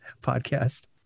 podcast